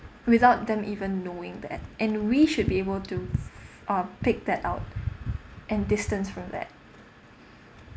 without them even knowing that and we should be able to uh pick that out and distance from that